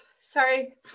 Sorry